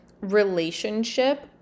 relationship